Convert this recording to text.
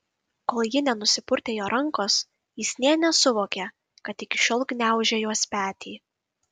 kol ji nenusipurtė jo rankos jis nė nesuvokė kad iki šiol gniaužė jos petį